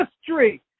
History